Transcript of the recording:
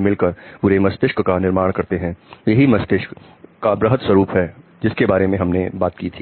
मिलकर पूरे मस्तिष्क का निर्माण करते हैं और यही मस्तिष्क का वृहद स्वरूप है जिसके बारे में हमने बात की थी